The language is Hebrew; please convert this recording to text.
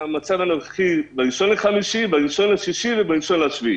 מן המצב הנוכחי ב-1 במאי, ב-1 ביוני וב-1 ביולי.